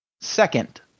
second